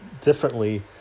differently